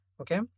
Okay